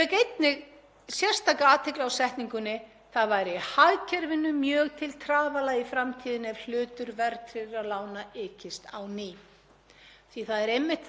ný. Það er einmitt það sem er að gerast núna vegna vaxtahækkana og kröfunnar um að greiðslubyrði lána fari ekki yfir 35% af ráðstöfunarfé.